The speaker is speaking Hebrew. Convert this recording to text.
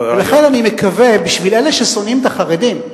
לכן אני מקווה, בשביל אלה ששונאים את החרדים,